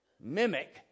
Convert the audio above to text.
mimic